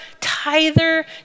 tither